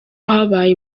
habaye